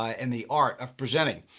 and the art of presenting.